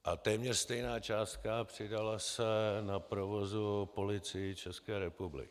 A téměř stejná částka se přidala na provozu Policii České republiky.